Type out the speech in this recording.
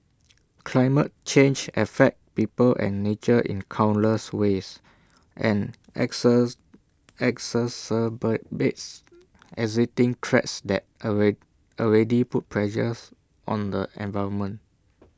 climate change affects people and nature in countless ways and access exacerbates existing threats that already put pressures on the environment